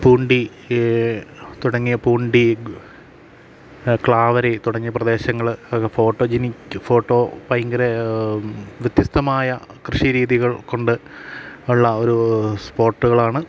പൂണ്ടി തുടങ്ങിയ പൂണ്ടി ക്ലാവരി തുടങ്ങിയ പ്രദേശങ്ങൾ ഒക്കെ ഫോട്ടോ ജനിക് ഫോട്ടോ ഭയങ്കര വ്യത്യസ്തമായ കൃഷി രീതികൾ കൊണ്ട് ഉള്ള ഒരൂ സ്പോട്ടുകളാണ്